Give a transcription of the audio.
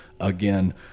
again